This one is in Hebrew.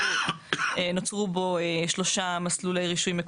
נוצרו בו שלושה מסלולי רישוי מרכזיים: